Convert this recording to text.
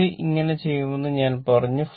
ഇത് എങ്ങനെ ചെയ്യുമെന്ന് ഞാൻ പറഞ്ഞു